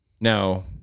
No